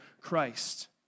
Christ